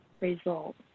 result